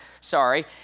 Sorry